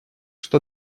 что